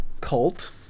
cult